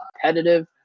competitive